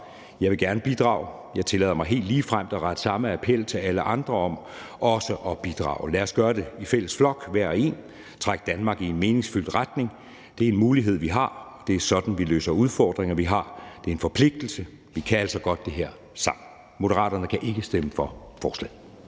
Jeg vil gerne bidrage. Jeg tillader mig helt ligefremt at rette samme appel til alle andre om også at bidrage. Lad os gøre det i fælles flok, hver og en, og trække Danmark i en meningsfuld retning. Det er en mulighed, vi har. Det er sådan, vi løser de udfordringer, vi har. Det er en forpligtelse. Vi kan altså godt det her sammen. Moderaterne kan ikke stemme for forslaget.